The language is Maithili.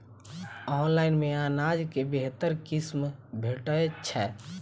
ऑनलाइन मे अनाज केँ बेहतर किसिम भेटय छै?